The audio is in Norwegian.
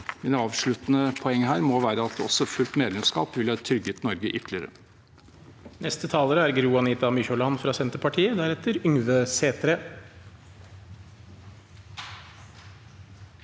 Mitt avsluttende poeng her må være at et fullt medlemskap ville trygget Norge ytterligere.